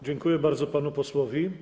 Dziękuję bardzo panu posłowi.